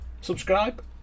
subscribe